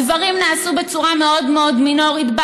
הדברים נעשו בצורה מאוד מאוד מינורית.